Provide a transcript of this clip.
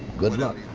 good luck.